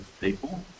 people